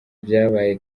vyabaye